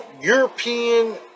European